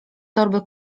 torby